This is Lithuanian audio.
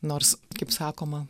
nors kaip sakoma